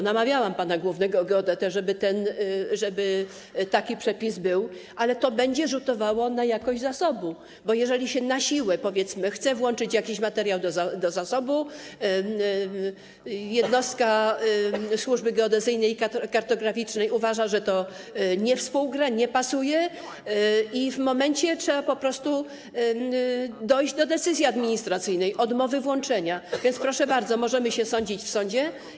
Namawiałam pana głównego geodetę, żeby taki przepis był, ale to będzie rzutowało na jakość zasobu, bo jeżeli się na siłę chce włączyć jakiś materiał do zasobu, a jednostka służby geodezyjnej i kartograficznej uważa, że to nie współgra, nie pasuje, to w tym momencie trzeba po prostu dojść do decyzji administracyjnej o odmowie włączenia i, proszę bardzo, możemy się sądzić w sądzie.